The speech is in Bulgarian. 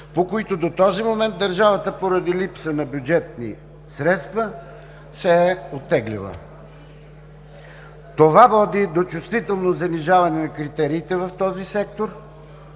по които до този момент държавата, поради липса на бюджетни средства, се е оттеглила. Това води до чувствително занижаване на критериите в този сектор,